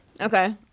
Okay